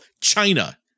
China